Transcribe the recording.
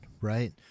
right